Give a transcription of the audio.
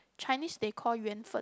Chinese they call 缘分